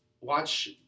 Watch